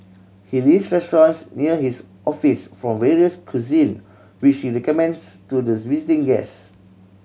he lists restaurants near his office from various cuisine which he recommends to visiting guest